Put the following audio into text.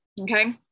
Okay